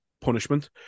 punishment